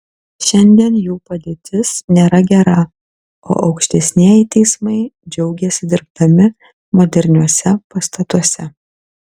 šiandien jų padėtis nėra gera o aukštesnieji teismai džiaugiasi dirbdami moderniuose pastatuose